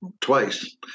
twice